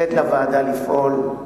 לתת לוועדה לפעול.